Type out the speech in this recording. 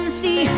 see